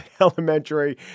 Elementary